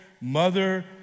mother